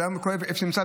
גם אם כואב,